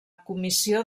comissió